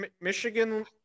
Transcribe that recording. Michigan